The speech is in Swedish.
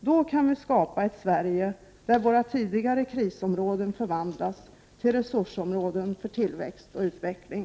Då kan vi skapa ett Sverige där våra tidigare krisområden förvandlas till resursområden för tillväxt och utveckling.